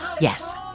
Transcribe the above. Yes